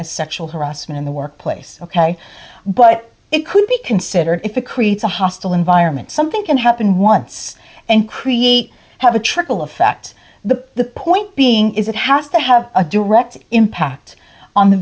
as sexual harassment in the workplace ok but it could be considered if it creates a hostile environment something can happen once and create have a trickle effect the point being is it has to have a direct impact on the